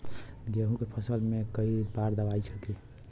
गेहूँ के फसल मे कई बार दवाई छिड़की?